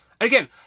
again